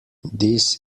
this